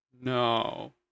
No